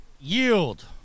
Yield